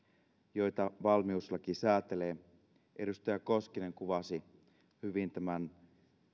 joita valmiuslaki säätelee edustaja koskinen kuvasi hyvin tämän